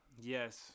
yes